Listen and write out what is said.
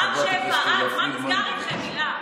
רם שפע, את, מה נסגר איתכם, הילה?